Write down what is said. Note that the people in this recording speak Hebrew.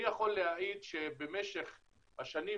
אני יכול להעיד שבמשך השנים,